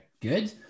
Good